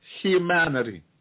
humanity